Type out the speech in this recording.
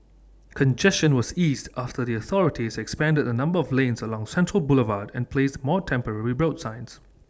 congestion was eased after the authorities expanded the number of lanes along central Boulevard and placed more temporary rebuild signs